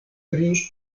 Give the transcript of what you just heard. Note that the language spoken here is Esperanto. pri